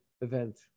event